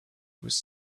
was